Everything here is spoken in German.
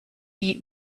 die